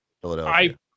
Philadelphia